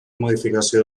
modificació